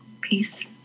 Peace